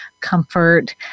comfort